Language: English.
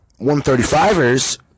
135ers